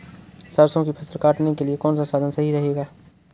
सरसो की फसल काटने के लिए कौन सा साधन सही रहेगा?